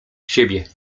siebie